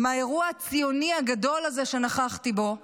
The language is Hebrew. מהאירוע הציוני הגדול הזה שנכחתי בו,